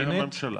של הממשלה.